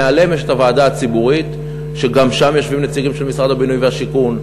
מעליהם יש ועדה ציבורית שגם בה יושבים נציגים של משרד הבינוי והשיכון.